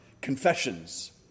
confessions